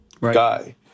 guy